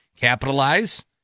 Capitalize